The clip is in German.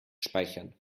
speichern